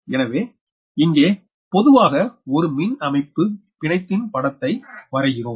எனவே இங்கே பொதுவாக ஒரு மின் அமைப்பு பிணைத்தின் படத்தை வரைகிறோம்